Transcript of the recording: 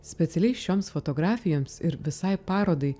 specialiai šioms fotografijoms ir visai parodai